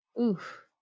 Oof